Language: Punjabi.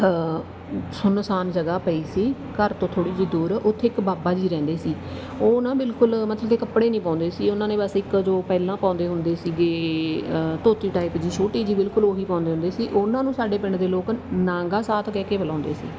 ਸੁੰਨ ਸਾਨ ਜਗ੍ਹਾ ਪਈ ਸੀ ਘਰ ਤੋਂ ਥੋੜ੍ਹੀ ਜਿਹੀ ਦੂਰ ਉੱਥੇ ਇੱਕ ਬਾਬਾ ਜੀ ਰਹਿੰਦੇ ਸੀ ਉਹ ਨਾ ਬਿਲਕੁਲ ਮਤਲਬ ਕਿ ਕੱਪੜੇ ਨਹੀਂ ਪਾਉਂਦੇ ਸੀ ਉਹਨਾਂ ਨੇ ਬਸ ਇੱਕ ਜੋ ਪਹਿਲਾਂ ਪਾਉਂਦੇ ਹੁੰਦੇ ਸੀਗੇ ਧੋਤੀ ਟਾਈਪ ਜੀ ਛੋਟੀ ਜਿਹੀ ਬਿਲਕੁਲ ਉਹੀ ਪਾਉਂਦੇ ਹੁੰਦੇ ਸੀ ਉਹਨਾਂ ਨੂੰ ਸਾਡੇ ਪਿੰਡ ਦੇ ਲੋਕ ਨਾਗਾ ਸਾਧ ਕਹਿ ਕੇ ਬੁਲਾਉਂਦੇ ਸੀ